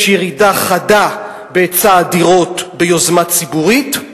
יש ירידה חדה בהיצע הדירות ביוזמה ציבורית,